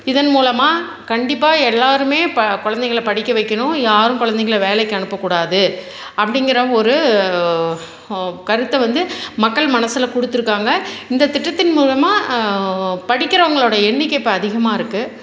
இதன் மூலமாக கண்டிப்பாக எல்லாரும் இப்போ குழந்தைங்கள படிக்க வைக்கணும் யாரும் குழந்தைங்கள வேலைக்கு அனுப்பக்கூடாது அப்படிங்கற ஒரு கருத்தை வந்து மக்கள் மனசில் கொடுத்துருக்காங்க இந்த திட்டத்தின் மூலமாக படிக்கிறவங்களோடய எண்ணிக்கை இப்போ அதிகமாக இருக்குது